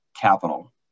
capital